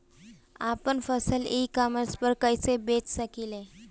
आपन फसल e commerce पर कईसे बेच सकिले?